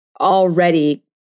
already